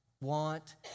want